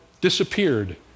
disappeared